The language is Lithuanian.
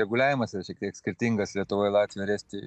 reguliavimas yra šiek tiek skirtingas lietuvoj latvijoj ir estijoj